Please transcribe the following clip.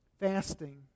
Fasting